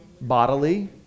Bodily